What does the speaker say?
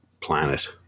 planet